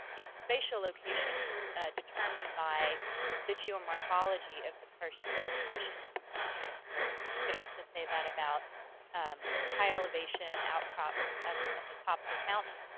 its spatial location is determined by the geomorphology of the karst depression and in which it occurs. we could also say that about um highelevation outcrops at at the tops of mountains,